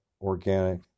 organic